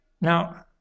Now